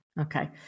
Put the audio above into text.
Okay